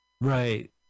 Right